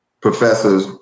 professors